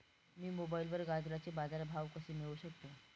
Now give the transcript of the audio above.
मी मोबाईलवर गाजराचे बाजार भाव कसे मिळवू शकतो?